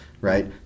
right